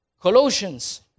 Colossians